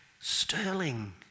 sterling